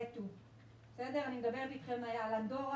תראו את אנדורה,